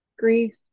Grief